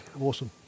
awesome